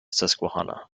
susquehanna